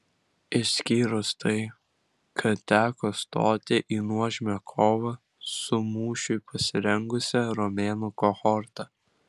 išskyrus tai kad teko stoti į nuožmią kovą su mūšiui pasirengusia romėnų kohorta